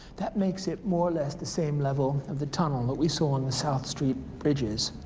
that makes it more or less the same level of the tunnel that we saw on the south street bridges.